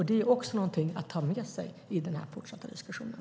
Det är också någonting att ta med sig i den fortsatta diskussionen.